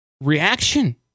reaction